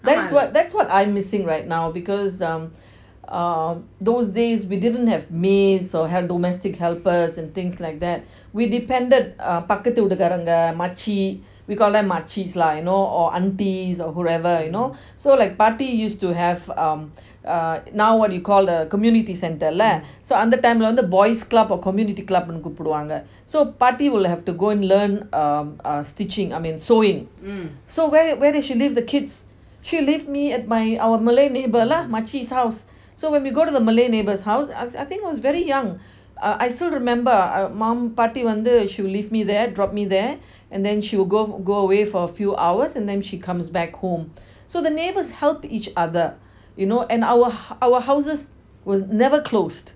that's what that's what I'm missing right now because um uh those days we didn't have maids or had domestic helpers and things like that we depended பக்கத்து வீடு காரங்க:pakathu veetu kaaranga makcik we call them makciks lah you know or aunty whoever you know so like பாடிஸ்:paatis used to have um err now what you call a community centre lah அந்த:antha time lah boys club or community club கூப்புடுவாங்க:kupuduvanga so பாட்டி:paati will have to go and learn uh um stitching I mean sewing so where where did she leave the kids she leave me at my our malay neighbour lah makcik's house so when we go to the malay neighbour's house I I think was very young uh I still remember uh mum பாட்டி வந்து:paati vanthu will leave me there and then she will go away for a few hours and then she comes back home so the neighbours help each other you know and our our houses were never close